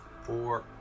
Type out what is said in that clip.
Four